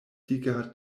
dika